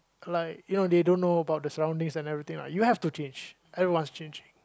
like you know they don't know about the surroundings and everything lah you have to change everyone's changing